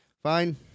Fine